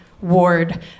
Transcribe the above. ward